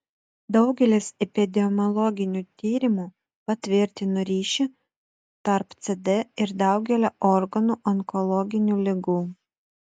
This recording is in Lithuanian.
daugelis epidemiologinių tyrimų patvirtino ryšį tarp cd ir daugelio organų onkologinių ligų